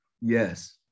Yes